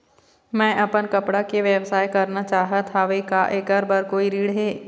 मैं अपन कपड़ा के व्यवसाय करना चाहत हावे का ऐकर बर कोई ऋण हे?